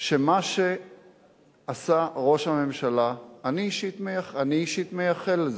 שמה שעשה ראש הממשלה, אני אישית מייחל לזה,